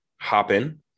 Hopin